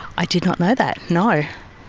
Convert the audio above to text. i did not know that, no.